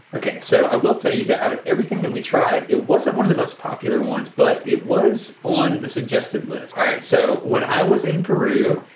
ok so i will tell you that out of everything that we tried, it wasn't one of the most popular ones, but it was on the suggested list. alright so when i was in peru,